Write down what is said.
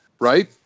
Right